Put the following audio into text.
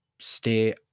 stay